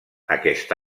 aquest